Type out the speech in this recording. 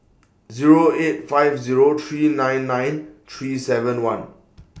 Zero eight five Zero three nine nine three seven one